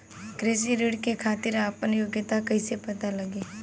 कृषि ऋण के खातिर आपन योग्यता कईसे पता लगी?